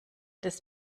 des